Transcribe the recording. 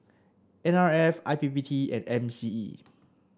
N R F I P P T and M C E